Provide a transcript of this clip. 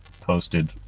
posted